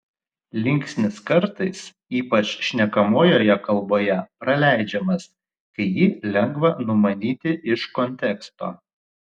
linksnis kartais ypač šnekamojoje kalboje praleidžiamas kai jį lengva numanyti iš konteksto